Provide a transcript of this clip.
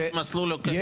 אני